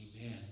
Amen